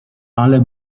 ale